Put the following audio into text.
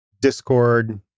Discord